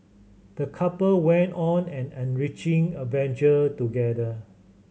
the couple went on an enriching adventure together